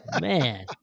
Man